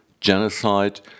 genocide